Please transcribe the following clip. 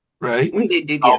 Right